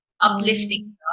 uplifting